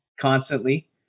constantly